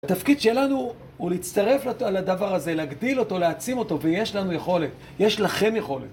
התפקיד שלנו הוא להצטרף לדבר הזה, להגדיל אותו, להעצים אותו, ויש לנו יכולת. יש לכם יכולת.